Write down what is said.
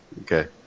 okay